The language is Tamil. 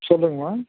சொல்லுங்கம்மா